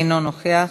אינו נוכח.